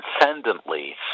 transcendently